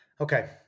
okay